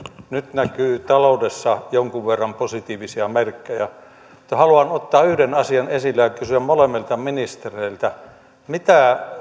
nyt näkyy taloudessa jonkun verran positiivisia merkkejä mutta haluan ottaa yhden asian esille ja kysyä molemmilta ministereiltä mitä